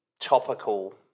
topical